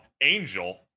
Angel